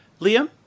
Liam